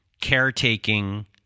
caretaking